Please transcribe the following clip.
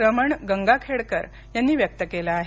रमण गंगाखेडकर यांनी व्यक्त केलं आहे